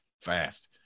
fast